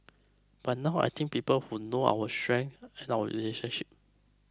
but now I think people who know our strength and our relationship